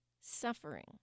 suffering